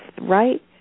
right